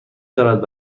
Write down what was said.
دارد